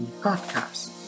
podcast